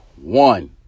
one